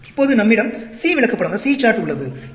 இப்போது நம்மிடம் C விளக்கப்படம் உள்ளது